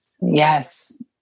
Yes